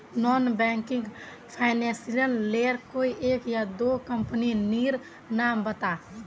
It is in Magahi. नॉन बैंकिंग फाइनेंशियल लेर कोई एक या दो कंपनी नीर नाम बता?